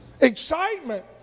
excitement